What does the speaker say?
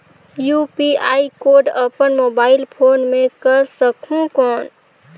UPI code अपन mobile phone मे कर सकहुं कौन?